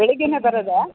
ಬೆಳಿಗ್ಗೆಯೇ ಬರೋದಾ